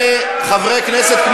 חבר הכנסת.